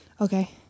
Okay